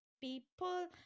people